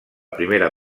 primera